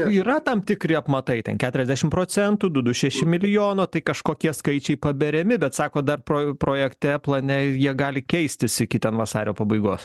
yra tam tikri apmatai ten keturiasdešim procentų du du šeši milijono tai kažkokie skaičiai paberiami bet sako dar pro projekte plane jie gali keistis iki ten vasario pabaigos